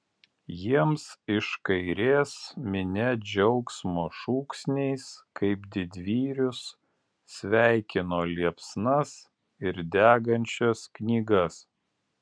jiems iš kairės minia džiaugsmo šūksniais kaip didvyrius sveikino liepsnas ir degančias knygas